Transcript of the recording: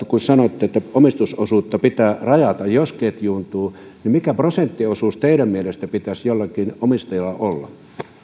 kun sanoitte että omistusosuutta pitää rajata jos ketjuuntuu mikä prosenttiosuus teidän mielestänne pitäisi jollakin omistajalla olla